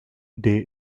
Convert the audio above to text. day